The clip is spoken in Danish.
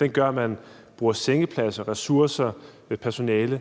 den gør, at man bruger sengepladser, ressourcer og personale